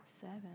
seven